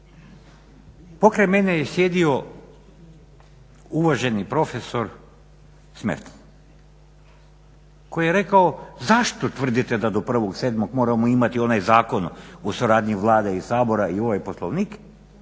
Pokraj mene je sjedio uvaženi profesor Smerdl koji je rekao zašto tvrdite da do 1.7.moramo imati onaj Zakon o suradnji Vlade i Sabora i ovaj poslovnik